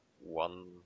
one